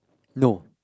no